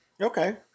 Okay